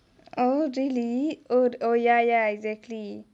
oh really oh ya ya exactly